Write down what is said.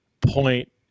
point